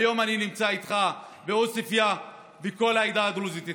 היום אני נמצא איתך בעוספיא וכל העדה הדרוזית איתך.